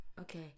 Okay